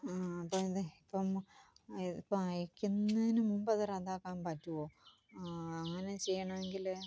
അപ്പോൾ ഇത് ഇപ്പം ഇപ്പം അയക്കുന്നതിനു മുൻപത് റദ്ദാക്കാൻ പറ്റുമോ അങ്ങനെ ചെയ്യണമെങ്കിൽ